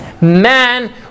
man